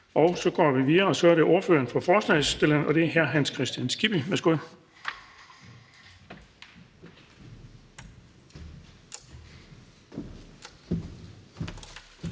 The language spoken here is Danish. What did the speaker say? så vi går videre til ordføreren for forslagsstillerne, og det er hr. Hans Kristian Skibby. Værsgo.